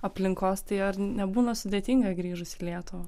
aplinkos tai ar nebūna sudėtinga grįžus į lietuvą